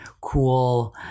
cool